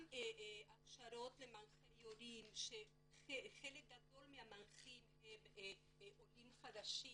גם הכשרות למנחי הורים שחלקם הגדול של המנחים הם עולים חדשים